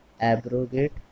abrogate